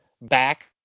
back